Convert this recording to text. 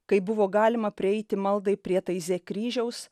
kai buvo galima prieiti maldai prie taizė kryžiaus